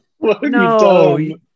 no